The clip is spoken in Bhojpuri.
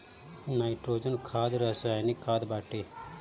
नाइट्रोजन खाद रासायनिक खाद बाटे